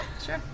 Sure